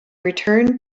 returned